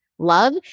love